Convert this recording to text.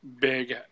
big